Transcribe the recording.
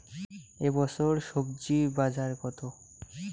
এ বছর স্বজি বাজার কত?